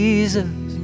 Jesus